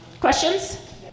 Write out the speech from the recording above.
questions